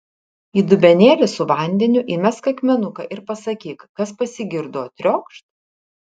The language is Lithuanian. į dubenėlį su vandeniu įmesk akmenuką ir pasakyk kas pasigirdo triokšt